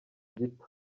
gito